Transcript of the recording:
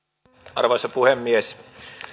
arvoisa puhemies